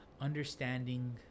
understanding